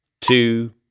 two